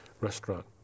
restaurant